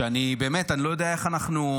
שאני באמת לא יודע איך אנחנו,